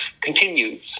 continues